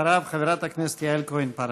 אחריו, חברת הכנסת יעל כהן-פארן.